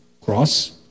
cross